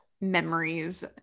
memories